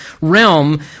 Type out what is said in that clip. realm